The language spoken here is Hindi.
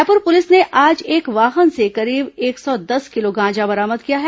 रायपुर पुलिस ने आज एक वाहन से करीब एक सौ दस किलो गांजा बरामद किया है